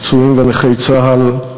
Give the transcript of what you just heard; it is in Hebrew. הפצועים ונכי צה"ל,